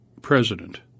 president